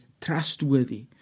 trustworthy